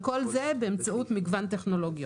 וכל זה באמצעות מגוון טכנולוגיות.